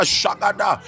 Shagada